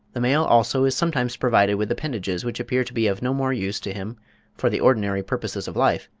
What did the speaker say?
the male, also, is sometimes provided with appendages which appear to be of no more use to him for the ordinary purposes of life,